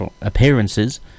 appearances